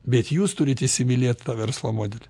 bet jūs turit įsimylėt tą verslo modelį